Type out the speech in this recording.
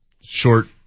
short